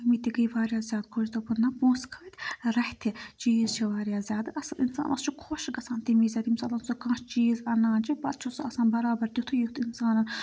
مٔمی تہِ گٔے واریاہ زیادٕ خۄش دوٚپُن نہ پونٛسہٕ کٔھتۍ رَتھِ چیٖز چھِ واریاہ زیادٕ اَصٕل اِنسانَس چھُ خۄش گژھان تٔمۍ وِزٮ۪ن ییٚمہِ ساتَن سُہ کانٛہہ چیٖز اَنان چھِ پَتہٕ چھُ سُہ آسان بَرابَر تِتھُے یُتھ اِنسانَن